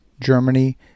Germany